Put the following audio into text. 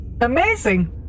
amazing